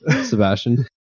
Sebastian